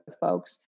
folks